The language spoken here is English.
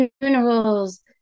funerals